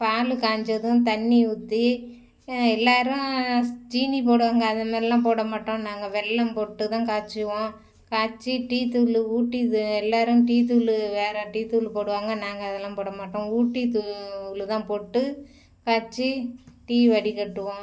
பாலு காஞ்சதும் தண்ணி ஊற்றி எல்லாரும் ஜீனி போடுவாங்க அதே மாதிரிலாம் போட மாட்டோம் நாங்கள் வெல்லம் போட்டுதான் காய்ச்சுவோம் காச்சி டீ தூள் ஊட்டி இது எல்லாரும் டீ தூள் வேற டீ தூள் போடுவாங்க நாங்கள் அதெல்லாம் போட மாட்டோம் ஊட்டி தூள்தான் போட்டு காய்ச்சி டீ வடிகட்டுவோம்